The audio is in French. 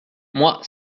moi